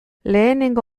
lehenengo